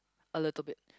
a little bit